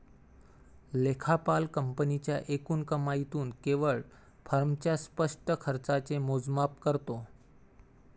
लेखापाल कंपनीच्या एकूण कमाईतून केवळ फर्मच्या स्पष्ट खर्चाचे मोजमाप करतो